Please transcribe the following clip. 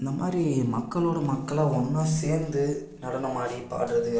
இந்தமாதிரி மக்களோட மக்களாக ஒன்னாக சேர்ந்து நடனமாடி பாடுறது